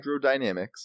Hydrodynamics